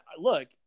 look